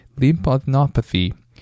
lymphadenopathy